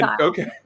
okay